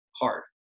hard